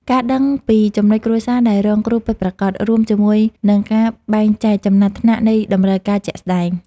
ការដឹងពីចំនួនគ្រួសារដែលរងគ្រោះពិតប្រាកដ រួមជាមួយនឹងការបែងចែកចំណាត់ថ្នាក់នៃតម្រូវការជាក់ស្ដែង។